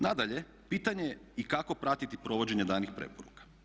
Nadalje, pitanje je i kako pratiti provođenje danih preporuka.